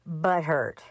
butthurt